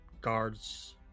guards